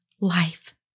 life